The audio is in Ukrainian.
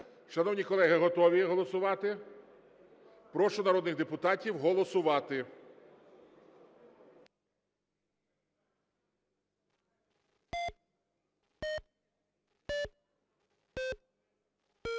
Шановні колеги, готові голосувати? Прошу народних депутатів голосувати.